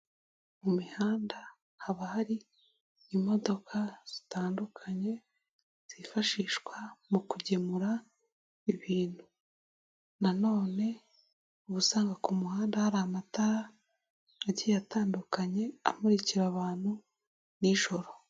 Mu mihanda haba hari imodoka zitandukanye zifashishwa mu kugemura ibintu na none uba usanga ku muhanda hari amatara agiye atandukanye amurikira abantu nijoro.